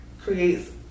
creates